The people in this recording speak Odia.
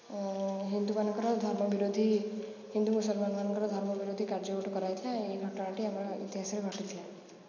ହିନ୍ଦୁମାନଙ୍କର ଧର୍ମ ବିରୋଧୀ ହିନ୍ଦୁ ମୁସଲମାନମାନଙ୍କର ଧର୍ମ ବିରୋଧୀ କାର୍ଯ୍ୟ ଗୋଟିଏ କରାଯାଇଥିଲା ଏହି ଘଟଣାଟି ଆମର ଇତିହାସରେ ଘଟିଥିଲା